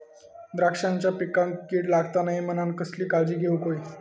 द्राक्षांच्या पिकांक कीड लागता नये म्हणान कसली काळजी घेऊक होई?